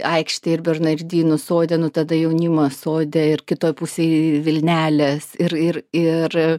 aikštėj ir bernardinų sode nu tada jaunimo sode ir kitoj pusėj vilnelės ir ir ir